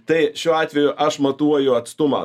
tai šiuo atveju aš matuoju atstumą